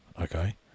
okay